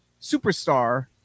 Superstar